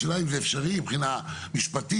השאלה אם זה אפשרי מבחינה משפטית,